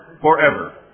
forever